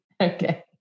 Okay